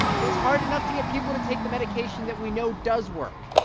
i mean, it's hard enough to get people to take the medication that we know does work.